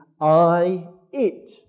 I-it